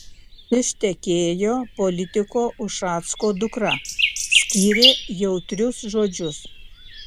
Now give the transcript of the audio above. ištekėjo politiko ušacko dukra skyrė jautrius žodžius